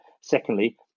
secondly